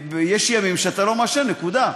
יש ימים שאתה לא מעשן, נקודה.